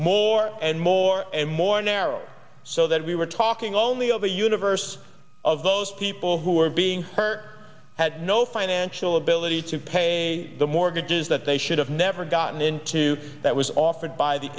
more and more and more narrow so that we were talking only of a universe of those people who are being hurt had no financial ability to pay the mortgages that they should have never gotten into that was offered by the